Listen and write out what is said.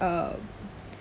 uh